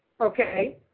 Okay